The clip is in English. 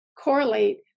correlate